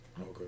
Okay